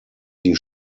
die